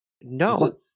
No